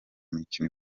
mikino